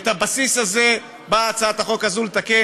את הבסיס הזה באה הצעת החוק לתקן.